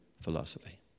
philosophy